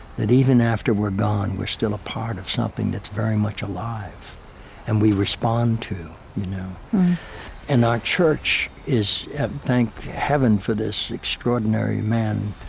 that even after we are gone, we are still a part of something that's very much alive and we respond to. you know and our church is thank heaven for this extraordinary man,